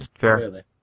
fair